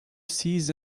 cease